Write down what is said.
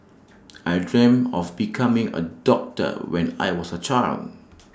I dreamt of becoming A doctor when I was A child